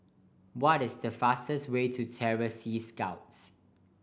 what is the fastest way to Terror Sea Scouts